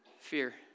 Fear